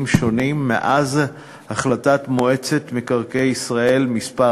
שונים מאז החלטת מועצת מקרקעי ישראל מס'